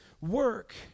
work